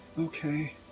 Okay